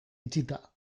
itxita